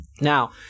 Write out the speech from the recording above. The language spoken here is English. Now